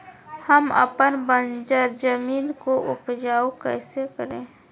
हम अपन बंजर जमीन को उपजाउ कैसे करे?